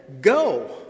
go